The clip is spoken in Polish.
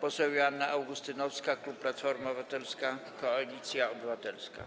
poseł Joanna Augustynowska, klub Platforma Obywatelska - Koalicja Obywatelska.